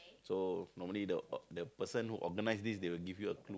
so normally the the person who organise this they will give you a clue